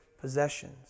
possessions